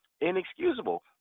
inexcusable